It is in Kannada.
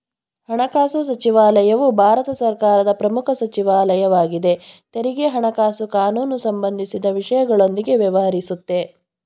ಹಣಕಾಸುಸಚಿವಾಲಯವು ಭಾರತ ಸರ್ಕಾರದ ಪ್ರಮುಖ ಸಚಿವಾಲಯ ವಾಗಿದೆ ತೆರಿಗೆ ಹಣಕಾಸು ಕಾನೂನುಸಂಬಂಧಿಸಿದ ವಿಷಯಗಳೊಂದಿಗೆ ವ್ಯವಹರಿಸುತ್ತೆ